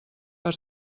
per